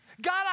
God